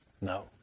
No